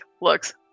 looks